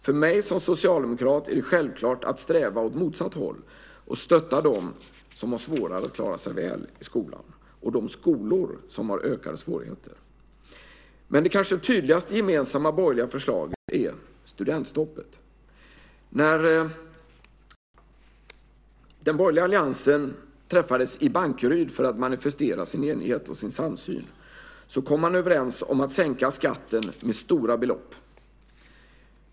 För mig som socialdemokrat är det självklart att sträva åt motsatt håll och stötta dem som har svårare att klara sig väl i skolan och de skolor som har ökade svårigheter. Men det kanske tydligaste gemensamma borgerliga förslaget är studentstoppet. När den borgerliga alliansen träffades i Bankeryd för att manifestera sin enighet och sin samsyn kom man överens om att sänka skatten med stora belopp.